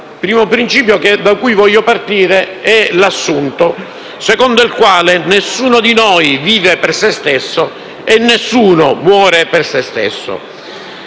da un principio, che è l'assunto secondo il quale nessuno di noi vive per se stesso e nessuno muore per se stesso.